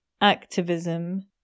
activism